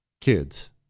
kids